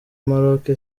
maroc